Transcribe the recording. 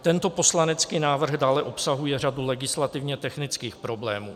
Tento poslanecký návrh dále obsahuje řadu legislativně technických problémů.